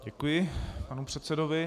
Děkuji panu předsedovi.